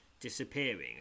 disappearing